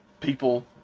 people